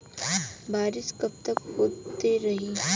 बरिस कबतक होते रही?